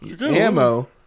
ammo